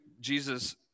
Jesus